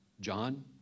John